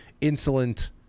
insolent